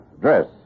dress